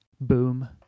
boom